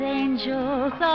angels